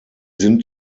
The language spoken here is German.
sind